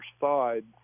side